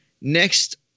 next